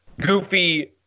goofy